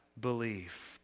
belief